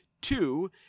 two